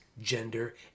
gender